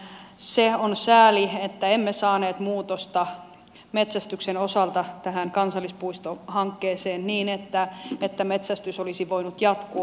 se on sääli että emme saaneet muutosta metsästyksen osalta tähän kansallispuistohankkeeseen niin että metsästys olisi voinut jatkua